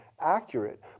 accurate